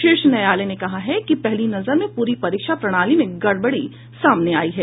शीर्ष न्यायालय ने कहा है कि पहली नजर में पूरी परीक्षा प्रणाली में गड़बड़ी सामने आयी है